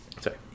Sorry